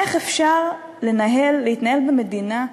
איך אפשר להתנהל במדינה,